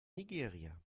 nigeria